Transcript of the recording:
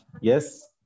Yes